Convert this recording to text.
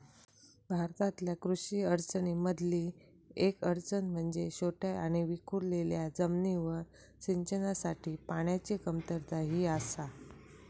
भारतातल्या कृषी अडचणीं मधली येक अडचण म्हणजे छोट्या आणि विखुरलेल्या जमिनींवर सिंचनासाठी पाण्याची कमतरता ही आसा